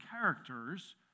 characters